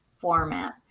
format